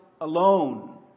alone